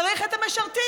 צריך את המשרתים.